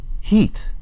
heat